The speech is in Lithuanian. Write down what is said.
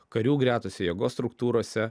karių gretose jėgos struktūrose